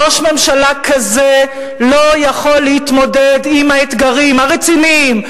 ראש ממשלה כזה לא יכול להתמודד עם האתגרים הרציניים,